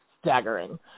staggering